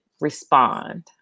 respond